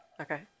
Okay